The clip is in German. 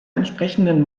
entsprechenden